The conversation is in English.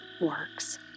works